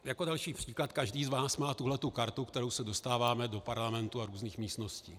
Jako další příklad každý z vás má tuhletu kartu, kterou se dostáváme do parlamentu a různých místností.